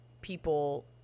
people